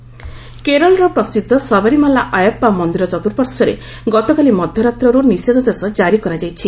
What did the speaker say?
ସବରିମାଳା କେରଳର ପ୍ରସିଦ୍ଧ ସବରିମାଳା ଅୟାପ୍ସା ମନ୍ଦିର ଚତ୍ୟୁପାର୍ଶ୍ୱରେ ଗତକାଲି ମଧ୍ୟରାତ୍ରରୁ ନିଷେଧାଦେଶ ଜାରି କରାଯାଇଛି